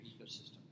ecosystem